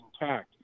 intact